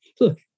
look